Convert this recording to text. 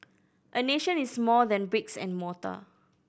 a nation is more than bricks and mortar